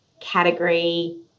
category